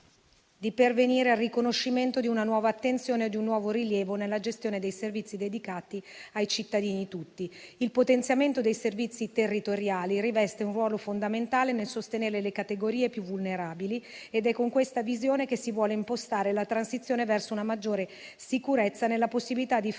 di pervenire al riconoscimento di una nuova attenzione e ad un nuovo rilievo nella gestione dei servizi dedicati ai cittadini tutti. Il potenziamento dei servizi territoriali riveste un ruolo fondamentale nel sostenere le categorie più vulnerabili ed è con questa visione che si vuole impostare la transizione verso una maggiore sicurezza nella possibilità di fruirne